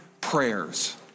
prayers